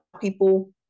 people